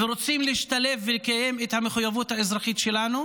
ורוצים להשתלב ולקיים את המחויבות האזרחית שלנו,